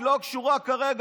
היא לא קשורה כרגע.